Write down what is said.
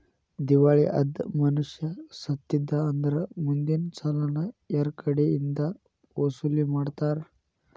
ದಿವಾಳಿ ಅದ್ ಮನಷಾ ಸತ್ತಿದ್ದಾ ಅಂದ್ರ ಮುಂದಿನ್ ಸಾಲಾನ ಯಾರ್ಕಡೆಇಂದಾ ವಸೂಲಿಮಾಡ್ತಾರ?